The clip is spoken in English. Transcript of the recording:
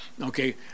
Okay